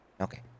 okay